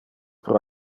pro